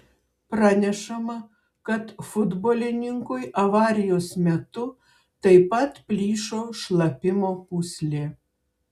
pranešama kad futbolininkui avarijos metu taip pat plyšo šlapimo pūslė